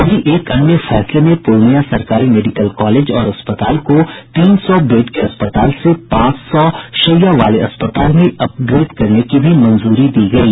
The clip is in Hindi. वहीं एक अन्य फैसले में पूर्णिया सरकारी मेडिकल कॉलेज और अस्पताल को तीन सौ बेड के अस्पताल से पांच सौ शैय़या वाले अस्पताल में अपग्रेड करने की भी मंजूरी दी गयी